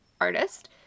artist